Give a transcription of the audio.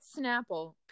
Snapple